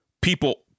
people